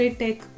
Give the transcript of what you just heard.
tech